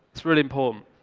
it's really important.